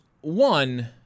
one